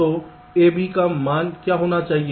तो A B का मान क्या होना चाहिए